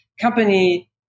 company